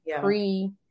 pre